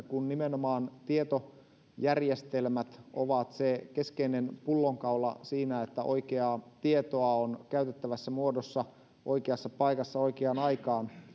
kun nimenomaan tietojärjestelmät ovat se keskeinen pullonkaula siinä että oikeaa tietoa on käytettävässä muodossa oikeassa paikassa oikeaan aikaan